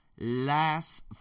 last